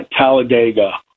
Talladega